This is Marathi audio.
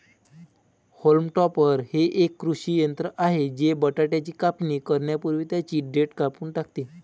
होल्म टॉपर हे एक कृषी यंत्र आहे जे बटाट्याची कापणी करण्यापूर्वी त्यांची देठ कापून टाकते